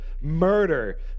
murder